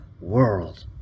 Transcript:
world